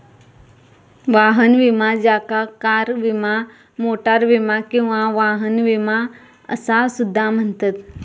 वाहन विमा ज्याका कार विमा, मोटार विमा किंवा वाहन विमा असा सुद्धा म्हणतत